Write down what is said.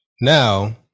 Now